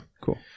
cool